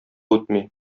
үтми